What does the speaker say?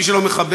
מי שלא מכבד,